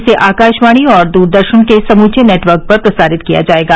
इसे आकाशवाणी और द्रदर्शन के समूचे नेटवर्क पर प्रसारित किया जाएगा